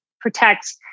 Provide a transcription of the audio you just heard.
protect